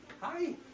Hi